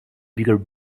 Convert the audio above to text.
bigger